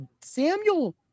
Samuel